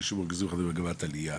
הרישום בריכוזים החרדיים במגמת עלייה".